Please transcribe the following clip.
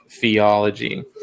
theology